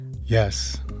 Yes